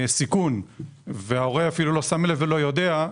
סיכון מוגבר וההורה אפילו לא שם לב ולא יודע,